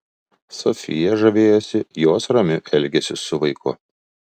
sofija žavėjosi jos ramiu elgesiu su vaiku